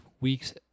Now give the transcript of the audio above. week's